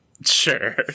Sure